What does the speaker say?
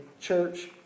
church